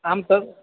आं तद्